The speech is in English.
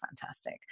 fantastic